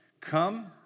Come